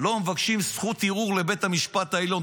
לא מבקשים זכות ערעור לבית המשפט העליון.